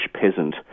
peasant